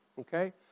Okay